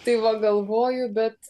tai va galvoju bet